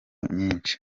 nyinshi